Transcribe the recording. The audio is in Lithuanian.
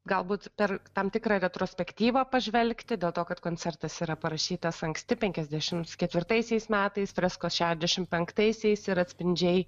galbūt per tam tikrą retrospektyvą pažvelgti dėl to kad koncertas yra parašytas anksti penkiasdešimt ketvirtaisiais metais freskos šešiasdešimt penktaisiais ir atspindžiai